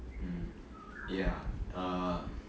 mm ya um